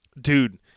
Dude